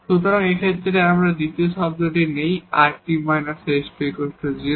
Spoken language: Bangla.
সুতরাং এই ক্ষেত্রে এখানে দ্বিতীয় টার্মটি নেই rt − s2 0